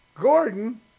Gordon